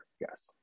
Yes